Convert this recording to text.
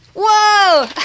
Whoa